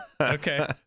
Okay